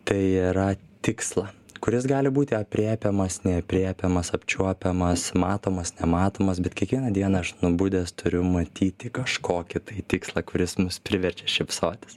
tai yra tikslą kuris gali būti aprėpiamas neaprėpiamas apčiuopiamas matomas nematomas bet kiekvieną dieną aš nubudęs turiu matyti kažkokį tai tikslą kuris mus priverčia šypsotis